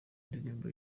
indirimbo